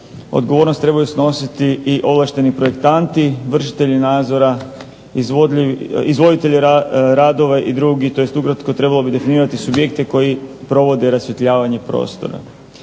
odgovornost trebaju snositi i ovlašteni projektanti, vršitelji nadzora, izvoditelji radova i drugi, tj. ukratko trebalo bi definirati subjekte koji provode rasvjetljavanje prostora.